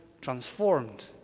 transformed